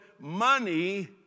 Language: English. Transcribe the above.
money